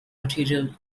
materials